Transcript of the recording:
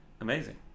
Amazing